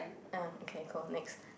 uh okay cool next